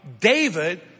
David